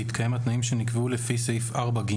בהתקיים התנאים שנקבעו לפי סעיף 4ג,